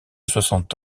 soixante